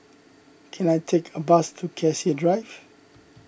can I take a bus to Cassia Drive